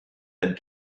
had